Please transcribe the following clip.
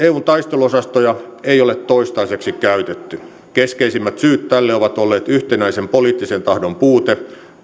taisteluosastoja ei ole toistaiseksi käytetty keskeisimmät syyt tähän ovat olleet yhtenäisen poliittisen tahdon puute